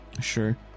sure